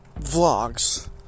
Vlogs